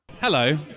Hello